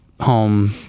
home